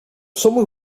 sommige